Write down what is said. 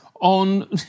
on